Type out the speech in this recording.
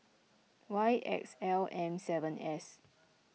Y X L M seven S